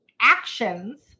actions